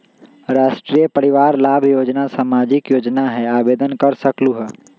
राष्ट्रीय परिवार लाभ योजना सामाजिक योजना है आवेदन कर सकलहु?